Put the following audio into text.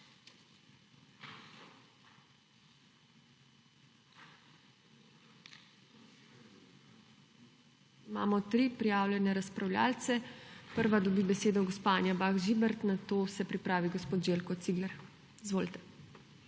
Imamo tri prijavljene razpravljavce. Prva dobi besedo gospa Anja Bah Žibert, nato naj se pripravi gospod Željko Cigler. Izvolite.